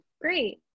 Great